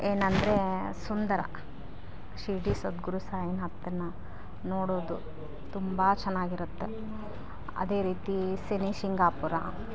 ಏನೆಂದರೆ ಸುಂದರ ಶಿರ್ಡಿ ಸದ್ಗುರು ಸಾಯಿನಾಥರನ್ನ ನೋಡೋದು ತುಂಬ ಚೆನ್ನಾಗಿರತ್ತೆ ಅದೇ ರೀತಿ ಸೆನಿ ಶಿಂಗಾಪುರ